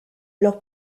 leur